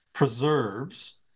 preserves